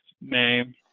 name